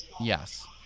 Yes